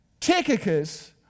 Tychicus